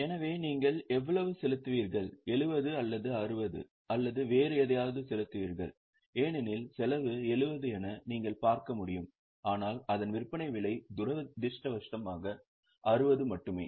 எனவே நீங்கள் எவ்வளவு செலுத்துவீர்கள் 70 அல்லது 60 அல்லது வேறு எதையாவது செலுத்துவீர்கள் ஏனெனில் செலவு 70 என நீங்கள் பார்க்க முடியும் ஆனால் அதன் விற்பனை விலை துரதிர்ஷ்டவசமாக 60 மட்டுமே